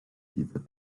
beaver